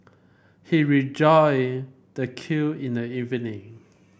he rejoined the queue in the evening